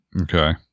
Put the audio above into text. okay